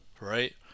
right